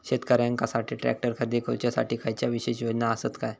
शेतकऱ्यांकसाठी ट्रॅक्टर खरेदी करुच्या साठी खयच्या विशेष योजना असात काय?